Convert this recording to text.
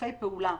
ששיתופי פעולה